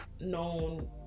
known